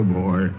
boy